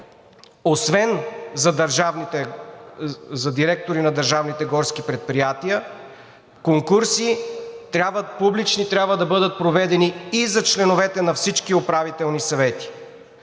освен за директори на държавните горски предприятия публични конкурси трябва да бъдат проведени и за членовете на всички управителни съвети!